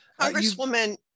Congresswoman